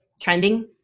trending